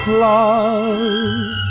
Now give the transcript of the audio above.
Claus